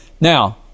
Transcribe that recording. Now